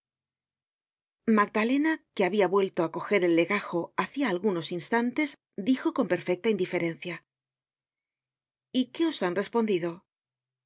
magdalena que habia vuelto á coger el legajo hacia algunos instantes dijo con perfecta indiferencia y qué os han respondido